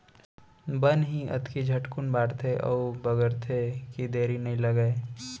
बन ही अतके झटकुन बाढ़थे अउ बगरथे कि देरी नइ लागय